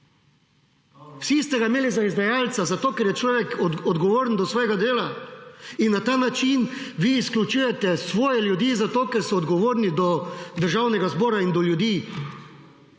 Vsi ste ga imeli za izdajalce, zato, ker je človek odgovoren do svojega dela in na ta način vi izključujete svoje ljudi, zato, ker so odgovorni do Državnega zbora in do ljudi.